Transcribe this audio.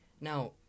Now